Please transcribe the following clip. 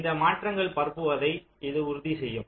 இந்த மாற்றங்கள் பரப்புவதை இது உறுதி செய்யும்